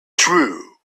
true